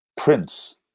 Prince